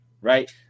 Right